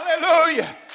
Hallelujah